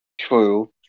True